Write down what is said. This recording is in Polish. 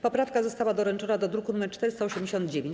Poprawka została doręczona do druku nr 489.